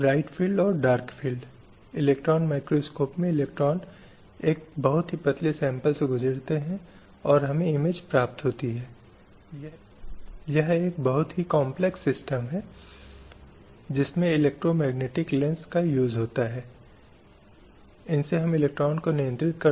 अब ये कुछ बुनियादी अधिकार हैं जो स्वभाव में स्वाभाविक रूप से निहित हैं किसी व्यक्ति के मानव स्वभाव में कि इस अधिकार को अस्वीकार करना कहीं न कहीं उस मानवता या इंसानियत को नकारता है जो किसी व्यक्ति में है